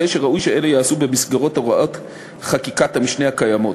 הרי ראוי שאלה ייעשו במסגרת הוראות חקיקת המשנה הקיימות.